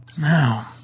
Now